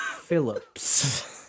Phillips